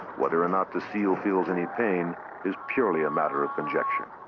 whether or not the seal feels any pain is purely a matter of conjecture.